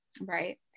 Right